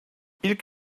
i̇lk